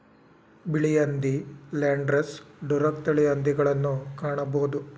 ಬಿಳಿ ಹಂದಿ, Landrace, Duroc ತಳಿಯ ಹಂದಿಗಳನ್ನು ಕಾಣಬೋದು